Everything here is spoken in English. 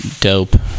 dope